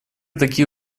такие